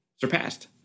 surpassed